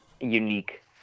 unique